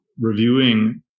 reviewing